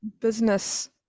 business